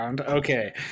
Okay